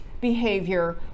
behavior